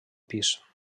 pis